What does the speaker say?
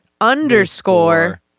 underscore